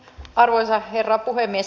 arvoisa herra puhemies